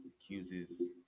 accuses